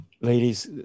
Ladies